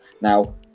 Now